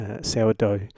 sourdough